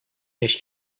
beş